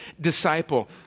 disciple